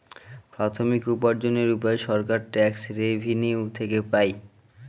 প্রাথমিক উপার্জনের উপায় সরকার ট্যাক্স রেভেনিউ থেকে পাই